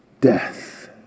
death